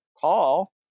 call